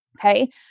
Okay